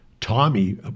Tommy